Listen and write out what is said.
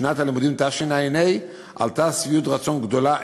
בשנת הלימודים תשע"ה עלתה שביעות רצון גדולה,